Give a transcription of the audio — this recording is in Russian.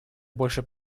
больше